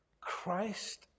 Christ